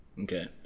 Okay